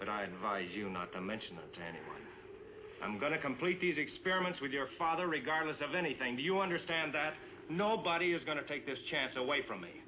but i advise you not to mention it and i'm going to complete these experiments with your father regardless of anything do you understand that nobody is going to take this chance away from me